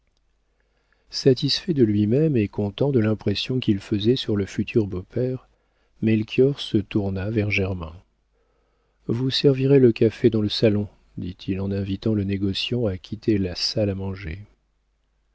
satisfait de lui-même et content de l'impression qu'il faisait sur le futur beau-père melchior se tourna vers germain vous servirez le café dans le salon dit-il en invitant le négociant à quitter la salle à manger